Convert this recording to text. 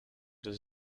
does